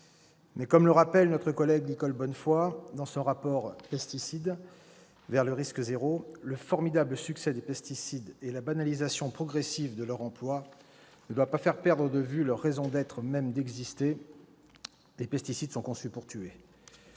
comme le rappelle notre collègue Nicole Bonnefoy dans son rapport, « Le formidable succès des pesticides et la banalisation progressive de leur emploi ne doit pas faire perdre de vue leur raison même d'exister : les pesticides sont conçus pour tuer.